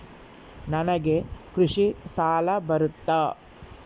ನನಗೆ ಕೃಷಿ ಸಾಲ ಬರುತ್ತಾ?